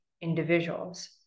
individuals